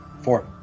Four